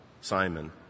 Simon